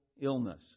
illness